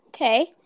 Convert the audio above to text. Okay